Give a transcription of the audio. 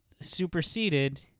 superseded